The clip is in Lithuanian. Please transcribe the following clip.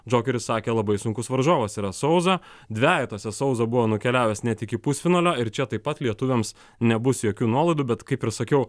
džokeris sakė labai sunkus varžovas yra suaza dvejetuose sauza buvo nukeliavęs net iki pusfinalio ir čia taip pat lietuviams nebus jokių nuolaidų bet kaip ir sakiau